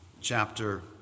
chapter